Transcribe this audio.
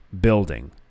building